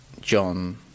John